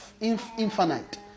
infinite